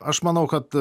aš manau kad